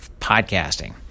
Podcasting